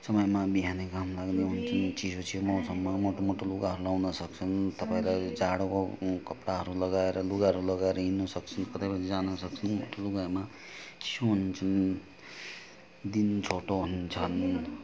समयमा बिहानै घाम लाग्छ चिसो चिसो मौसममा मोटो मोटो लुगाहरू लाउन सक्छौँ तपाईँलाई जाडोको कपडाहरू लगाएर लुगाहरू लगाएर हिँड्नु सक्छ कतै पनि जान सक्छन् लुगामा चिसो हुन्छ दिन छोटो हुन्छन्